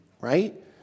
right